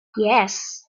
yes